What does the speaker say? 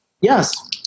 Yes